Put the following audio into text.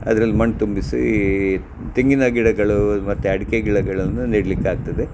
ಅದ್ರಲ್ಲಿ ಮಣ್ಣು ತುಂಬಿಸಿ ತೆಂಗಿನ ಗಿಡಗಳೂ ಮತ್ತೆ ಅಡಿಕೆ ಗಿಡಗಳನ್ನು ನೆಡಲಿಕ್ಕಾಗ್ತದೆ